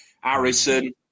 Harrison